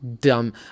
Dumb